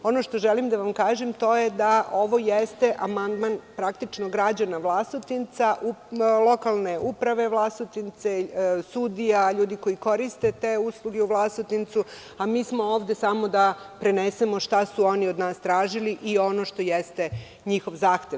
Ono što želim da vam kažem, to je da ovo jeste amandman praktično građana Vlasotinca, lokalne uprave Vlasotince, sudija, ljudi koji koriste te usluge u Vlasotincu, a mi smo ovde samo da prenesemo šta su oni od nas tražili i ono što jeste njihov zahtev.